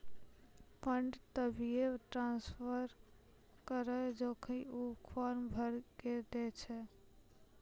fund तभिये transfer करऽ जेखन ऊ फॉर्म भरऽ के दै छै